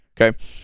Okay